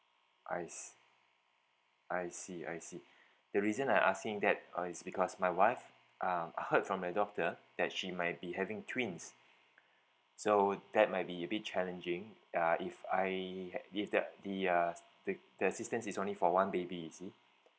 I s~ I see I see the reason I asking that uh is because my wife um I heard from my doctor that she might be having twins so that might be a bit challenging ya if I had if the the uh the the assistance is only for one baby you see